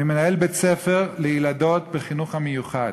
ממנהל בית-ספר לילדות בחינוך המיוחד.